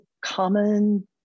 common